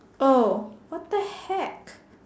oh what the heck